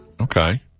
Okay